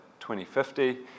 2050